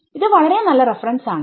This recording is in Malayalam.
ഇത് വളരെ നല്ല റഫറൻസ് ആണ്